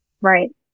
Right